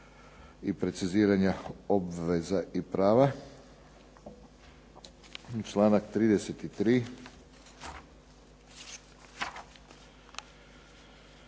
i preciziranja obveza i prava. Članak 33.